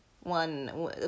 One